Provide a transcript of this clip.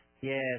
yes